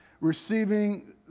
receiving